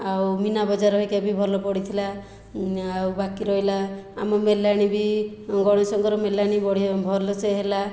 ଆଉ ମିନାବଜାର ହେରିକା ଭି ଭଲ ପଡ଼ିଥିଲା ଆଉ ବାକି ରହିଲା ଆମ ମେଲାଣି ବି ଗଣେଶଙ୍କର ମେଲାଣି ବଢ଼ିଆ ଭଲସେ ହେଲା